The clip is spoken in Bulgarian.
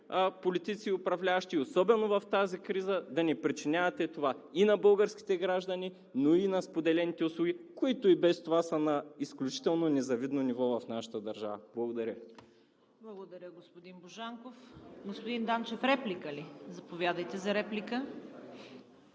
политици и управляващи и особено в тази криза да не причиняват това и на българските граждани, и на споделените услуги, които без това са на изключително незавидно ниво в нашата държава. Благодаря Ви. ПРЕДСЕДАТЕЛ ЦВЕТА КАРАЯНЧЕВА: Благодаря, господин Божанков. Господин Данчев, заповядайте за реплика.